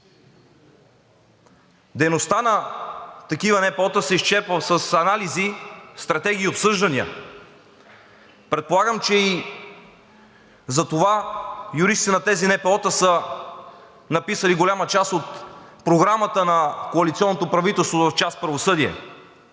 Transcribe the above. Дейността на такива НПО-та се изчерпва с анализи, стратегии и обсъждания. Предполагам, че и затова юристите на тези НПО-та са написали голяма част от Програмата на